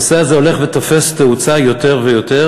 שהנושא הזה הולך ותופס תאוצה יותר ויותר,